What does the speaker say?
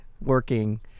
working